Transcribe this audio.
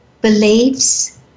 beliefs